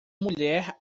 mulher